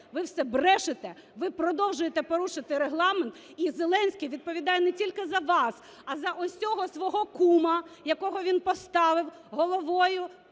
ви все брешете, ви продовжуєте порушувати Регламент. І Зеленський відповідає не тільки за вас, а ось цього свого кума, якого він поставив головою